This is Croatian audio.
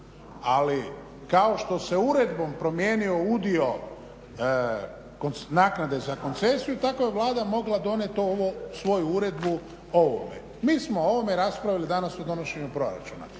ali kao što se uredbom promijenio udio naknade za koncesiju tako je Vlada mogla donijeti ovu svoju uredbu ovome. Mi smo o ovome raspravili danas u donošenju proračuna